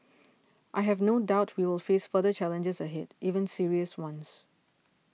I have no doubt we will face further challenges ahead even serious ones